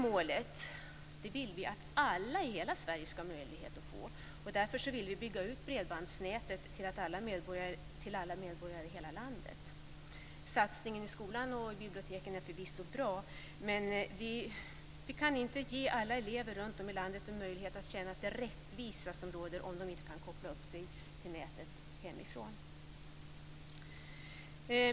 Vi vill att alla ska ha möjlighet att nå detta mål, och vi vill därför bygga ut bredbandsnätet till alla medborgare i hela landet. Satsningen i skolan och i biblioteken är förvisso bra, men vi tycker inte att vi kan ge alla elever runtom i landet möjlighet att känna att rättvisa råder, om de inte kan koppla upp sig på nätet hemifrån.